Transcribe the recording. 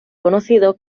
conocido